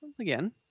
Again